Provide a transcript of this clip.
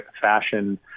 fashion